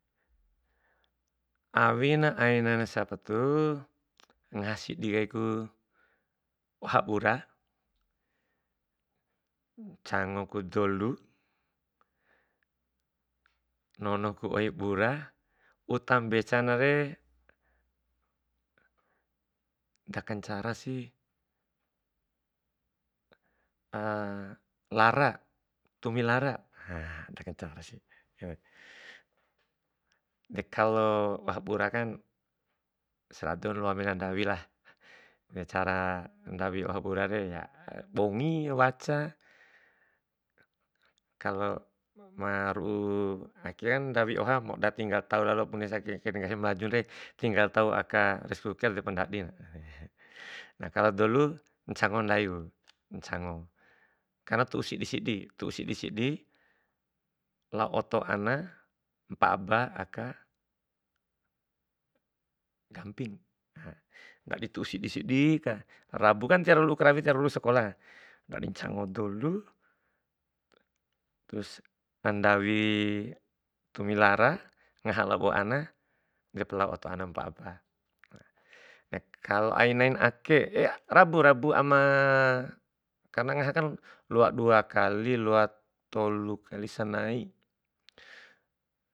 Awina aina sabtu, ngaha sidi kaiku oha bura, ncagoku dolu, nono ku oi bura, uta mbecanare dakancarasi lara, tumi lara da kancarasi. De kalo oha burakan sera'a dou na loa mena ndawilah, de cara ndawi oha burare bongi waca. Kalo ma ru'u aken ndawi oha modap tinggal tau lalo bunesi ake, aka re nggahi malajunre tinggal tau aka rescocer depa ndadin. kalo dolu ncango ndaiku ncango, karena tu'u sidi sidi ku, tu'u sidi sidi, lao oto ana mpa'a ba aka gamping, ndadi tu'u sidi sidi ka, rabu kan tiwara lu'u karawi, tiwara tu'u sakola, ndadi ncango dolu terus kan ndawi tumi lara, ngaha labo ana, ngaha labo ana edep lao oto ana lao mpa'a ba. kalo ai nai ake, rabu rabu ama karena ngaha kan loa dua kali, loa tolu kali senai.